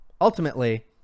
ultimately